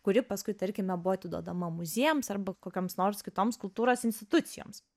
kuri paskui tarkime buvo atiduodama muziejams arba kokioms nors kitoms kultūros institucijoms